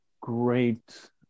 great